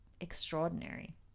extraordinary